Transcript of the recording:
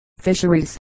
fisheries